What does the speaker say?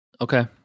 Okay